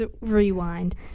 rewind